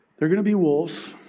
they're going to be wolves